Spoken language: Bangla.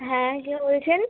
হ্যাঁ কে বলছেন